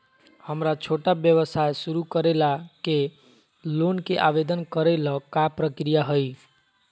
हमरा छोटा व्यवसाय शुरू करे ला के लोन के आवेदन करे ल का प्रक्रिया हई?